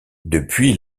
depuis